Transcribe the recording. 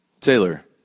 Taylor